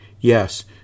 Yes